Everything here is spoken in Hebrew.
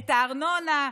את הארנונה,